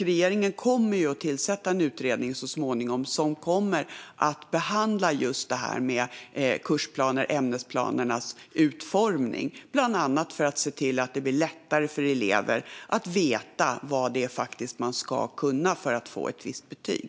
Regeringen kommer så småningom att tillsätta en utredning som kommer att behandla bland annat just kursplanernas och ämnesplanernas utformning så att det blir lättare för elever att veta vad de faktiskt ska kunna för att få ett visst betyg.